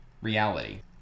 Reality